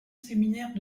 séminaire